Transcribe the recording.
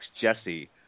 Jesse